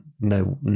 no